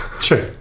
sure